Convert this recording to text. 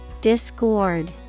Discord